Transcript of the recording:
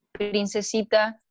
Princesita